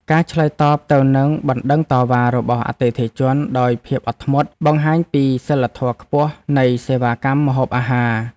ការឆ្លើយតបទៅនឹងបណ្តឹងតវ៉ារបស់អតិថិជនដោយភាពអត់ធ្មត់បង្ហាញពីសីលធម៌ខ្ពស់នៃសេវាកម្មម្ហូបអាហារ។